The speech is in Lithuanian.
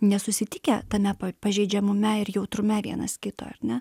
nesusitikę tame pažeidžiamume ir jautrume vienas kito ar ne